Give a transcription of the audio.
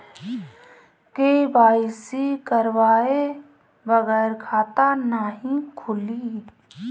KYC करवाये बगैर खाता नाही खुली?